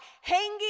hanging